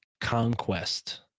conquest